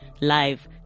live